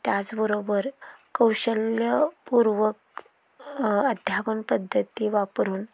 त्याचबरोबर कौशल्यपूर्वक अध्यापनपद्धती वापरून